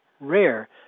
rare